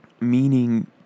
meaning